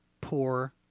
poor